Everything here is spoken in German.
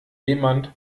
jemand